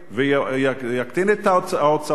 ויקטין את ההוצאות.